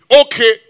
Okay